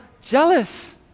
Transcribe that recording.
jealous